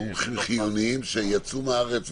חיוניים שיצאו מהארץ --- לא,